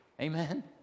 Amen